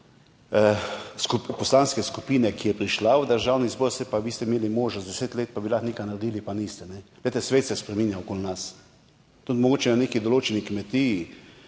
poslanske skupine, ki je prišla v Državni zbor, saj pa ste imeli možnost deset let in bi lahko nekaj naredili, pa niste. Svet okoli nas se spreminja, tudi mogoče na neki določeni kmetiji,